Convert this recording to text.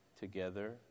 together